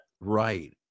Right